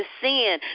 sin